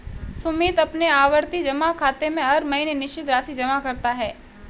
सुमित अपने आवर्ती जमा खाते में हर महीने निश्चित राशि जमा करता है